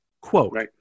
Quote